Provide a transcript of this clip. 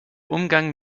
umgang